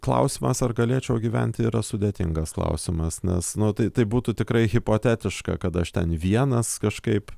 klausimas ar galėčiau gyventi yra sudėtingas klausimas nes nu tai tai būtų tikrai hipotetiška kad aš ten vienas kažkaip